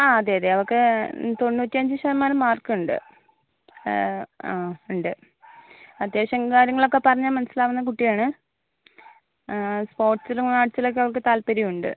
ആ അതെ അതെ അവൾക്ക് തൊണൂറ്റി അഞ്ചു ശതമാനം മാർക്ക് ഉണ്ട് ആ ഉണ്ട് അത്യാവശ്യം കാര്യങ്ങളൊക്കെ പറഞ്ഞാൽ മനസിലാവുന്ന കുട്ടിയാണ് സ്പോർട്ട്സിലും ആർട്ട്സിലോക്കെ അവൾക്ക് താൽപര്യം ഉണ്ട്